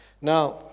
Now